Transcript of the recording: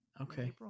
Okay